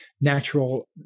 natural